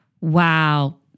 Wow